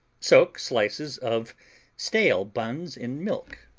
soak slices of stale buns in milk,